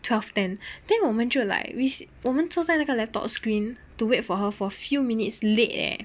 twelve ten then 我们就 like we 我们坐在那个 laptop screen to wait for her for a few minutes late eh